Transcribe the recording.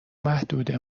محدوده